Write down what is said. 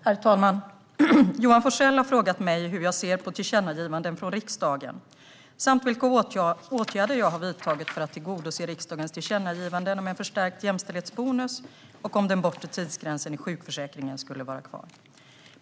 Herr talman! Johan Forssell har frågat mig hur jag ser på tillkännagivanden från riksdagen samt vilka åtgärder jag har vidtagit för att tillgodose riksdagens tillkännagivanden om en förstärkt jämställdhetsbonus och om att den bortre tidsgränsen i sjukförsäkringen skulle vara kvar.